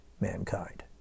mankind